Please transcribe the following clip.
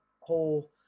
whole